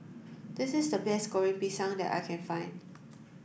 this is the best Goreng Pisang that I can find